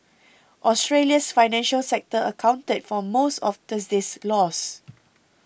Australia's financial sector accounted for most of Thursday's loss